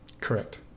Correct